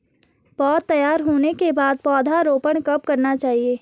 पौध तैयार होने के बाद पौधा रोपण कब करना चाहिए?